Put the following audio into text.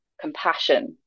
compassion